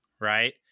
right